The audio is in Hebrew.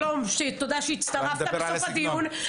שלום, תודה שהצטרפת בסוף הדיון.